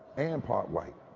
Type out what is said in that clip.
and part white.